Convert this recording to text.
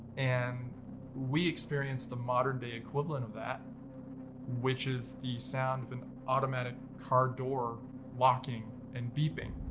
and we experienced the modern day equivalent of that which is the sound of an automatic car door locking and beeping.